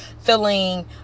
feeling